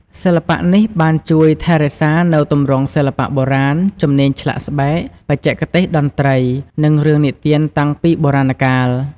សិល្បៈនេះបានជួយថែរក្សានូវទម្រង់សិល្បៈបុរាណ ជំនាញឆ្លាក់ស្បែក បច្ចេកទេសតន្ត្រី និងរឿងនិទានតាំងពីបុរាណកាល។